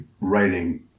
writing